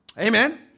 Amen